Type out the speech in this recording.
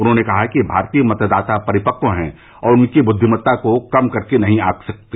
उन्होंने कहा कि भारतीय मतदाता परिपक्व हैं और उसकी बुद्विमता को कम करके नहीं आंक सकते